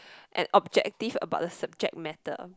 and objective about the subject matter